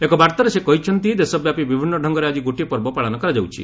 ଏକ ବାର୍ତ୍ତାରେ ସେ କହିଛନ୍ତି ଦେଶବ୍ୟାପୀ ବିଭିନ୍ନ ଡଙ୍ଗରେ ଆକି ଗୋଟିଏ ପର୍ବ ପାଳନ କରାଯାଉଛି